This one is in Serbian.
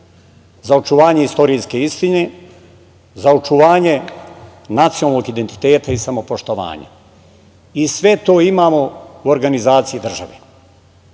za očuvanje istorijske istine, za očuvanje nacionalnog identiteta i samopoštovanja. I sve to imamo u organizaciji države. Sad